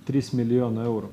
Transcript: trys milijonai eurų